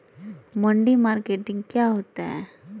मंडी मार्केटिंग क्या होता है?